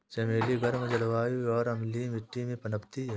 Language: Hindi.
चमेली गर्म जलवायु और अम्लीय मिट्टी में पनपती है